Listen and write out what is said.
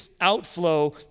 outflow